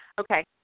Okay